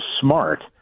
smart